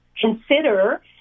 consider